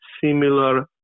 similar